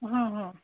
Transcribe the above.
ಹಾಂ ಹಾಂ